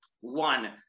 one